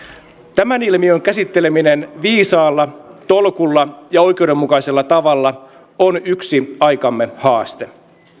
tämän ilmiön käsitteleminen viisaalla tolkulla ja oikeudenmukaisella tavalla on yksi aikamme haaste